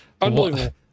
unbelievable